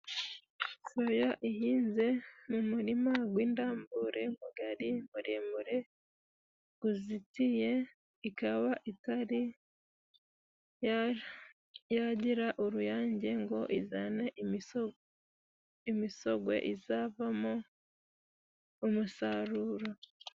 Soya ihinze mu murima gw'indambure， mugari， muremure，guzitiye， ikaba itari yagira uruyange ngo izane imisogwe. Imisogwe izavamo umusaruro.